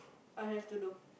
I have to do